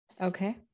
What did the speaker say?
Okay